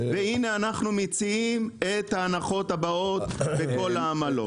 והנה אנו מציעים את ההנחות הבאות בכל העמלות.